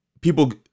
people